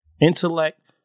Intellect